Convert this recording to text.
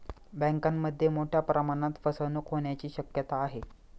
बँकांमध्ये मोठ्या प्रमाणात फसवणूक होण्याची शक्यता आहे